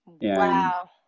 Wow